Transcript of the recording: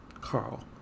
Carl